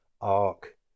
arc